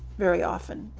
very often.